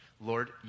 Lord